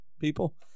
People